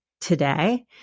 today